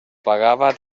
pagava